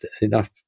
enough